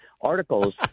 articles